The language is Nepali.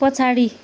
पछाडि